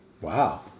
Wow